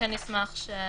מי מציג משפרעם?